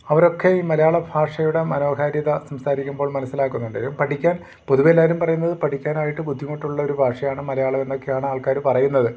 അവരൊക്കെ ഈ മലയാള ഭാഷയുടെ മനോഹാരിത സംസാരിക്കുമ്പോൾ മനസ്സിലാക്കുന്നുണ്ട് ഇതു പഠിക്കാൻ പൊതുവെ എല്ലാവരും പറയുന്നത് പഠിക്കാനായിട്ട് ബുദ്ധിമുട്ടുള്ളൊരു ഭാഷയാണ് മലയാളം എന്നൊക്കെയാണ് ആൾക്കാർ പറയുന്നത്